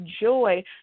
joy